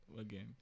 Again